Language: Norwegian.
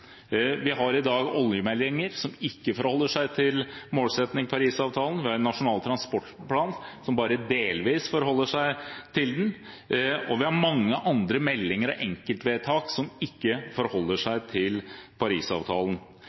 Vi har i dag oljemeldinger som ikke forholder seg til målsettingene i Paris-avtalen. Vi har Nasjonal transportplan, som bare delvis forholder seg til Paris-avtalen. Vi har også mange andre meldinger og enkeltvedtak som ikke forholder seg til